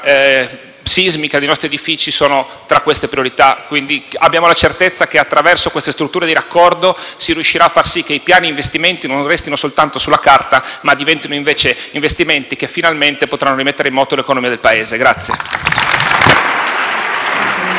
sismica dei nostri edifici rientrano tra le priorità. Abbiamo la certezza che, attraverso queste strutture di raccordo, si riuscirà a far sì che i piani di investimento non restino soltanto sulla carta, ma diventino invece investimenti che finalmente potranno rimettere in moto l'economia del Paese.